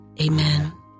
Amen